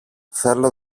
θέλω